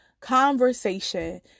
conversation